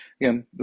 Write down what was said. Again